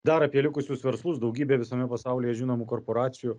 dar apie likusius verslus daugybė visame pasaulyje žinomų korporacijų